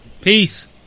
Peace